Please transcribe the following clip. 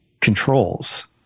controls